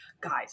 guys